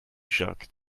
jacques